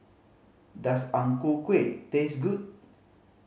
does Ang Ku Kueh taste good